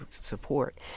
support